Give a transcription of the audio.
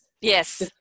yes